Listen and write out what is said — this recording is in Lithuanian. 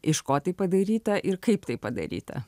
iš ko tai padaryta ir kaip tai padaryta